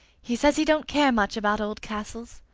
he says he don't care much about old castles.